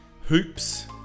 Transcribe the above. Hoops